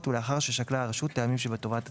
ולאחר ששקלה הרשות טעמים שבטובת הציבור.